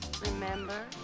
Remember